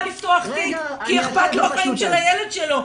לפתוח תיק כי אכפת לו מהחיים של הילד שלו.